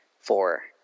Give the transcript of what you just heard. four